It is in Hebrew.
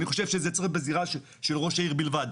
אני חושב שזה צריך להיות בזירה של ראש העיר בלבד.